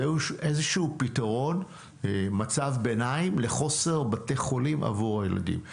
זה איזשהו פתרון מצב ביניים לחוסר בתי חולים עבור הילדים.